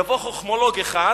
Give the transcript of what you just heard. יבוא חוכמולוג אחד